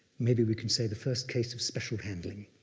maybe we can say the first case of special handling.